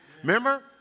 Remember